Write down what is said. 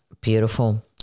Beautiful